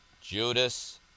Judas